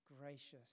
gracious